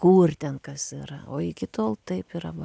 kur ten kas yra o iki tol taip yra va